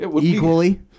equally